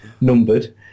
numbered